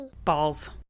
Balls